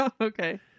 okay